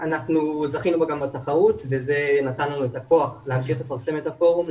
זכינו בו גם בתחרות וזה נתן לנו את הכוח להמשיך לפרסם את הפורום,